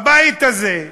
הבית הזה,